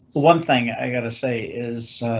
one thing i gotta say is